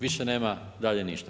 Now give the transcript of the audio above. Više nema dalje ništa.